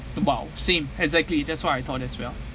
about same exactly that's what I thought as well